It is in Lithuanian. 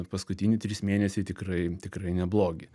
paskutiniai trys mėnesiai tikrai tikrai neblogi